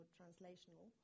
translational